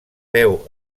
féu